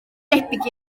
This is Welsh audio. debyg